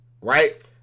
Right